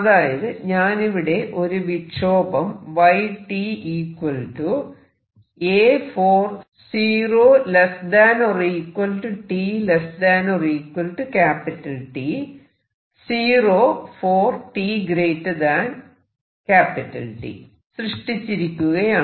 അതായത് ഞാനിവിടെ ഒരു വിക്ഷോഭം സൃഷ്ടിച്ചിരിക്കുകയാണ്